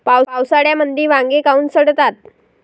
पावसाळ्यामंदी वांगे काऊन सडतात?